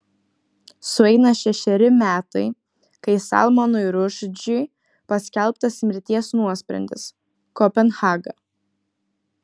sueina šešeri metai kai salmanui rušdžiui paskelbtas mirties nuosprendis kopenhaga